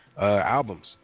albums